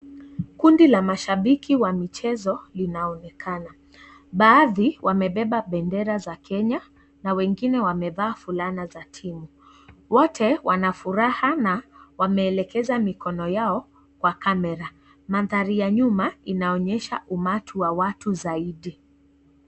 Kundi la mashabiki wa michezo linaonekana. Baadhi, wamebeba bendera za Kenya na wengine wamevaa fulana za timu. Wote wanafuraha na wameelekeza mikono yao kwa kamera. Mandhari ya nyuma, inaonyesha umati wa watu zaidi.